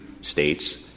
states